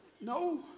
No